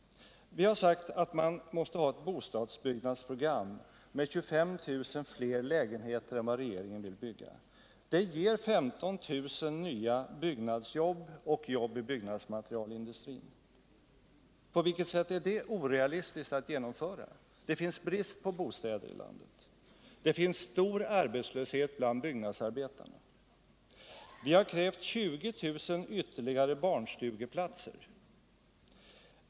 Vi har sagt att man måste ha ett bostadsbyggnadsprogram med 25 000 fler lägenheter än regeringen vill bygga. Det ger 15 000 nya byggnadsjobb och jobb i byggnadsmaterielindustrin. På vilket sätt är det orealistiskt? Det finns brist på bostäder i landet. Det finns stor arbetslöshet bland byggnadsarbetarna. Vi har krävt 20 000 ytterligare barnstugeplatser.